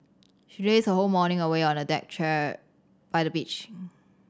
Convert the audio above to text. she lazed her whole morning away on a deck chair by the beach